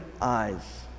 eyes